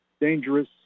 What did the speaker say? dangerous